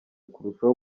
kurushaho